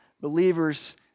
Believers